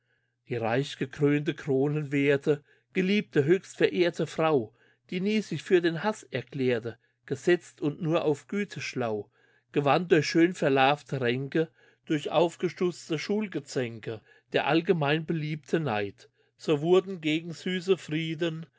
die reich gekrönte kronenwerthe geliebte höchst verehrte frau die nie sich für den haß erklärte gesetzt und nur auf güte schlau gewann durch schön entlarvte ränke durch aufgestutzte schulgezänke der allgemein beliebte neid so wurden gegen süße frieden